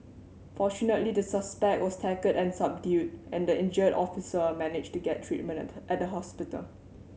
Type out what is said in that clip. fortunately the suspect was tackled and subdued and the injured officer managed to get treatment at the hospital